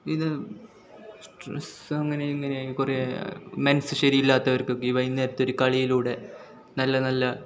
ഇത് സ്ട്രെസ്സ് അങ്ങനെ ഇങ്ങനെ കുറേ മനസ്സ് ശരിയല്ലാത്തവർക്ക് ഈ വൈകുന്നേരത്തൊരു കളിയിലൂടെ നല്ല നല്ല